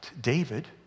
David